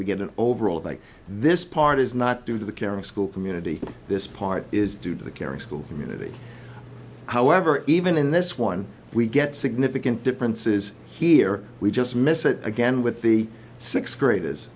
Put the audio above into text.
we get an overall of like this part is not due to the caring school community this part is due to the caring school community however even in this one we get significant differences here we just missed it again with the sixth graders